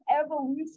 evolution